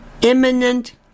imminent